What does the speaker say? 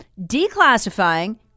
declassifying